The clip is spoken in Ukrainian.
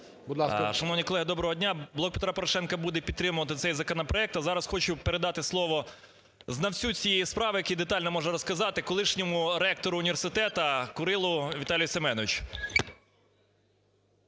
Шановні колеги, доброго дня! "Блок Петра Порошенка" буде підтримувати цей законопроект. А зараз хочу передати слово знавцю цієї справи, який детально може розказати, колишньому ректору університету Курилу Віталію Семеновичу.